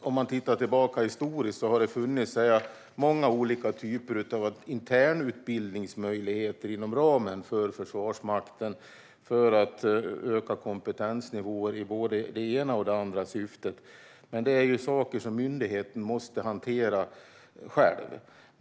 Om man tittar tillbaka historiskt ser man att det har funnits många olika typer av internutbildningsmöjligheter inom ramen för Försvarsmakten för att öka kompetensnivån i både det ena och det andra syftet, men detta är saker som myndigheten måste hantera själv.